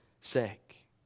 sake